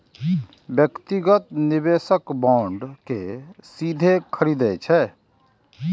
व्यक्तिगत निवेशक बांड कें सीधे खरीदै छै